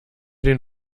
den